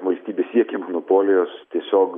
valstybė siekia monopolijos tiesiog